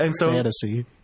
fantasy